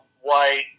white